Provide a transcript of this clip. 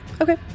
Okay